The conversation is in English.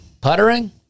puttering